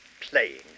playing